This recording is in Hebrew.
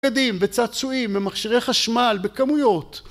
בגדים וצעצועים ממכשירי חשמל בכמויות